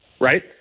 Right